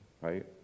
right